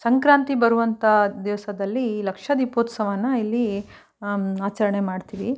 ಸಂಕ್ರಾಂತಿ ಬರುವಂಥ ದಿವಸದಲ್ಲಿ ಈ ಲಕ್ಷ ದೀಪೋತ್ಸವನ ಇಲ್ಲಿ ಆಚರಣೆ ಮಾಡ್ತೀವಿ